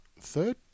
third